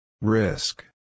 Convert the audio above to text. Risk